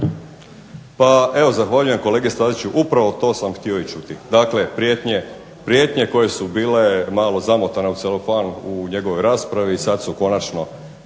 Pa evo zahvaljujem kolegi Staziću, upravo to sam htio i čuti. Dakle, prijetnje koje su bile malo zamotane u celofan u njegovoj raspravi sad su konačno